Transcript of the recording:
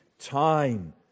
time